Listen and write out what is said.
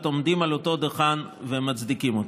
עומדים על אותו דוכן ומצדיקים אותה.